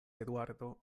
eduardo